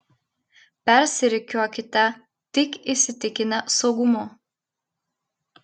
persirikiuokite tik įsitikinę saugumu